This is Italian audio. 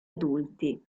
adulti